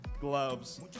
gloves